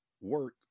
work